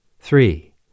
Three